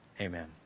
Amen